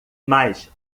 mas